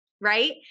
Right